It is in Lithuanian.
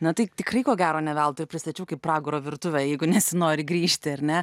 na tai tikrai ko gero ne veltui pristačiau kaip pragaro virtuvę jeigu nesinori grįžti ar ne